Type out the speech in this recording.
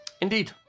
Indeed